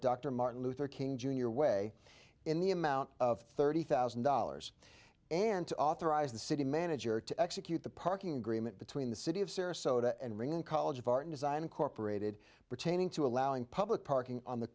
dr martin luther king jr way in the amount of thirty thousand dollars and to authorize the city manager to execute the parking agreement between the city of sarasota and ring in college of art design incorporated pertaining to allowing public parking on the